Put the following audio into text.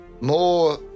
More